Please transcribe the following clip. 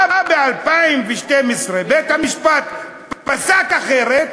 בא ב-2012 בית-המשפט ופסק אחרת,